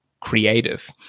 creative